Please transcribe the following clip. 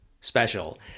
special